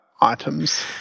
items